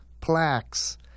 plaques